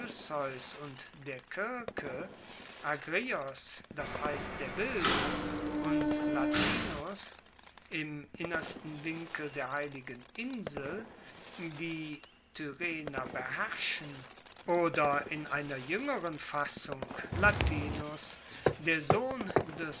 und der kirke agrios das heisst der wilde und latinos im innersten winkel der heiligen inseln die tyrrhener beherrschen oder in einer juengeren fassung latinus der sohn des